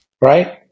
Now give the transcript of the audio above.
right